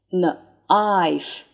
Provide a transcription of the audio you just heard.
knife